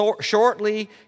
shortly